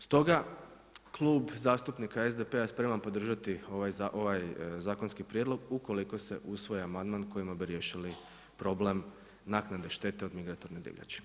Stoga Klub zastupnika SDP-a je spreman podržati ovaj zakonski prijedlog ukoliko se usvoji amandman kojim bi riješili problem naknade štete od migratorne divljači.